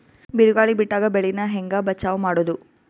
ಬಿರುಗಾಳಿ ಬಿಟ್ಟಾಗ ಬೆಳಿ ನಾ ಹೆಂಗ ಬಚಾವ್ ಮಾಡೊದು?